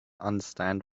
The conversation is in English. understand